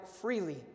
freely